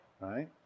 right